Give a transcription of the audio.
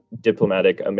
diplomatic